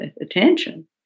attention